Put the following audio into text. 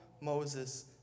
Moses